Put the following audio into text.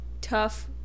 tough